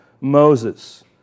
Moses